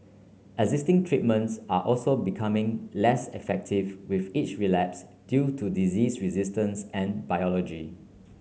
existing treatments also becoming less effective with each relapse due to disease resistance and biology